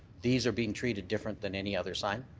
these are being treated different than any other sign?